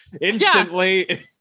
instantly